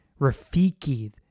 Rafiki